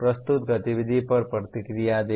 प्रस्तुत गतिविधि पर प्रतिक्रिया दें